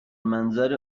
منظر